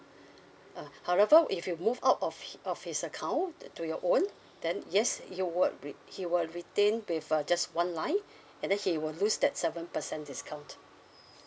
uh however if you move out of h~ of his account to to your own then yes you will re~ he will retain with uh just one line and then he will lose that seven percent discount